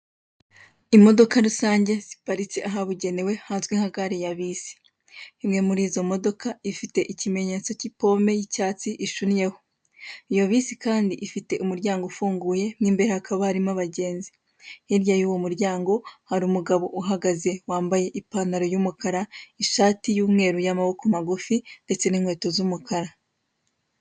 Imodoka rusange ziparitse ahabugenewe hazwi nka gare ya bisi. Imwe muri izo modoka ifite ikimenyetso cy'ipome y'icyatsi ishunyeho. Iyo bisi kandi ifite umuryango ufunguye mo imbere hakaba harimo abagenzi. Hirya y'uwo muryango hari umugabo uhagaze wambaye ipantaro y'umukara, ishati y'umweru y'amaboko magufi ndetse n'inkweto z'umukara.